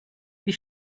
wie